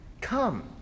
come